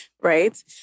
right